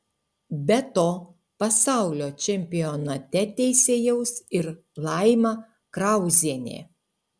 be to pasaulio čempionate teisėjaus ir laima krauzienė